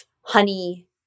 honey